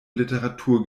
literatur